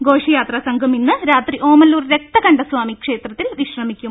ഘോഷയാത്രാ സംഘം ഇന്ന് രാത്രി ഓമല്ലൂർ രക്തകണ്ഠസ്വാമി ക്ഷേത്രത്തിൽ വിശ്രമിക്കും